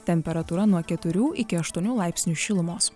temperatūra nuo keturių iki aštuonių laipsnių šilumos